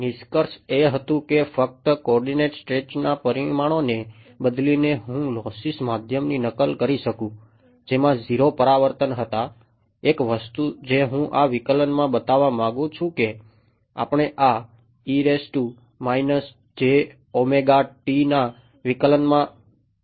નિષ્કર્ષ એ હતું કે ફક્ત કોઓર્ડિનેટેડ સ્ટ્રેચના પરિમાણોને બદલીને હું લોસ્સી બતાવવા માંગું છું કે આપણે આ ના વિકલનમાં સમય પ્રણાલી ધાર્યું છે